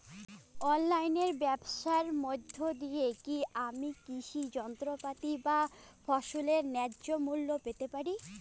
অনলাইনে ব্যাবসার মধ্য দিয়ে কী আমি কৃষি যন্ত্রপাতি বা ফসলের ন্যায্য মূল্য পেতে পারি?